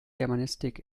germanistik